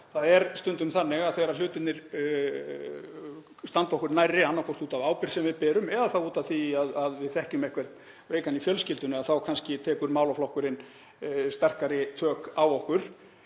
Það er stundum þannig að þegar hlutirnir standa okkur nærri, annaðhvort út af ábyrgð sem við berum eða út af því að við þekkjum einhvern veikan í fjölskyldunni, þá kannski nær málaflokkurinn sterkari tökum á okkur.